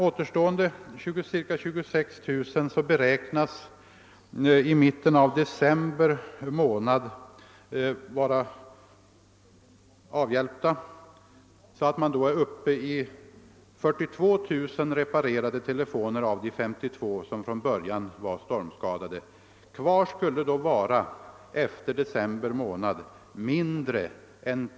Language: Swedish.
Av de återstående beräknas i mitten av december månad ungefär 16 000 vara avhjälpta. 42 000 av de 352000 stormskadade telefonerna kommer då att vara reparerade.